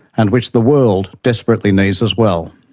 and which the world desperately needs as well.